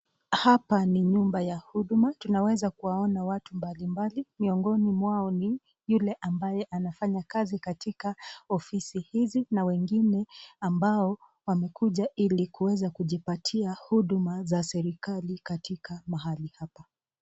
Hapa ni nyumba ya huduma ,tunaweza kuwaona watu mbali mbali miongoni mwao ni yule ambaye anafanya kazi katika ofisi hizi na wengine wamekuja ili kuweza kujipatia huduma za serikali katika mahali hapa.